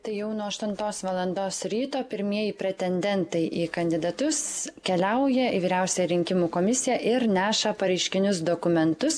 tai jau nuo aštuntos valandos ryto pirmieji pretendentai į kandidatus keliauja į vyriausią rinkimų komisiją ir neša pareiškinius dokumentus